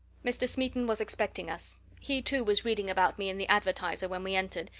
mr. smeaton was expecting us he, too, was reading about me in the advertiser when we entered,